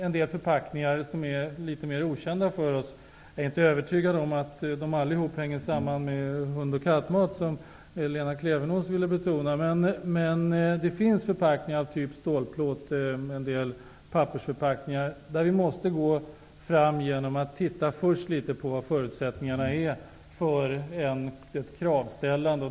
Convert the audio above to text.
En del förpackningar är litet mer okända för oss. Jag är inte övertygad om att de alla hänger samman med hund och kattmat, vilket Lena Klevenås ville påstå. Men det finns förpackningar av typ stålplåt och en del pappersförpackningar, där vi måste gå fram genom att först studera förutsättningarna för ett kravställande.